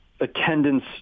attendance